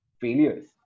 failures